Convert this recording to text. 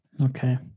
Okay